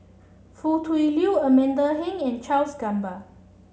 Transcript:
Foo Tui Liew Amanda Heng and Charles Gamba